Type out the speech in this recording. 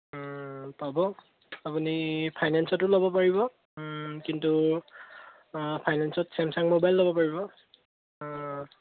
পাব আপুনি ফাইনেঞ্চতো ল'ব পাৰিব কিন্তু ফাইনেঞ্চত ছেমচাঙ মবাইল ল'ব পাৰিব